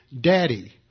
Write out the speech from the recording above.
daddy